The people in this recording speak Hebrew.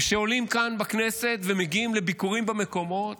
וכשעולים כאן לכנסת ומגיעים לביקורים במקומות